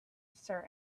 sir